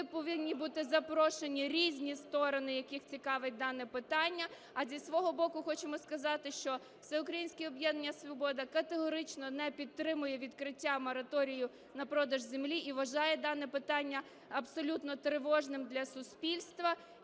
повинні бути запрошені різні сторони, яких цікавить дане питання. А зі свого боку хочемо сказати, що Всеукраїнське об'єднання "Свобода" категорично не підтримує відкриття мораторію на продаж землі і вважає дане питання абсолютно тривожним для суспільства